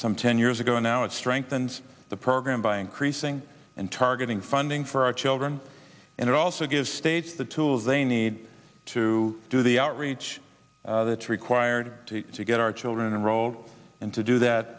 some ten years ago now it strengthens the program by increasing and targeting funding for our children and it also gives states the tools they need to do the outreach required to get our children enrolled in to do that